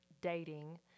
dating